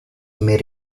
may